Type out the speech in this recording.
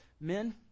men